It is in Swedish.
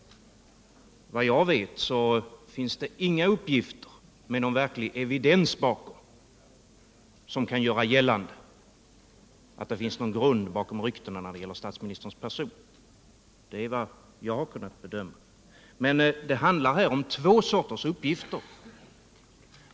Såvitt jag vet finns det inga uppgifter med någon verklig evidens som gör att man kan söga att det finns grund bakom ryktena om statsministerns person. Det är min bedömning. Men det handlar här om två sorters uppgifter.